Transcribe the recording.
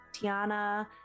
Tiana